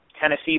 Tennessee